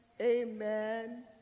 amen